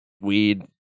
weed